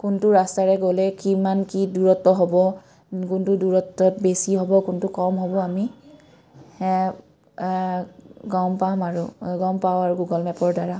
কোনটো ৰাস্তাৰে গ'লে কিমান কি দূৰত্ব হ'ব কোনটো দূৰত্বত বেছি হ'ব কোনটো কম হ'ব আমি গম পাম আৰু গম পাওঁ আৰু গুগল মেপৰ দ্বাৰা